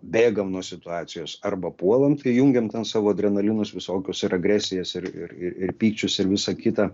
bėgam nuo situacijos arba puolam tai jungiam ten savo adrenalinus visokius ir agresijas ir ir ir ir pykčius ir visa kita